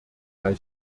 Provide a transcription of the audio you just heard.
die